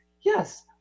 yes